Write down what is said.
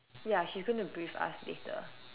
ya he's going to brief us later